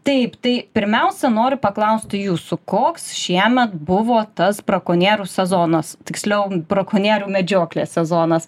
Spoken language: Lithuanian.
taip tai pirmiausia noriu paklausti jūsų koks šiemet buvo tas brakonierių sezonas tiksliau brakonierių medžioklės sezonas